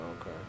Okay